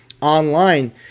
online